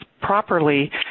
properly